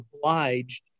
obliged